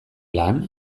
lan